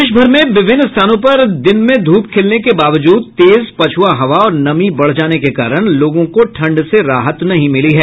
प्रदेश भर में विभिन्न स्थानों पर दिन में धूप खिलने के बावजूद तेज पछुआ हवा और नमी बढ़ जाने के कारण लोगों को ठंड से राहत नहीं मिली है